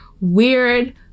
weird